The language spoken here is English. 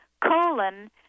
colon